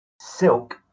silk